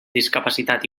discapacitat